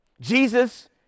Jesus